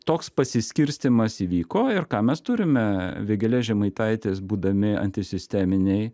toks pasiskirstymas įvyko ir ką mes turime vėgėlė žemaitaitis būdami antisisteminiai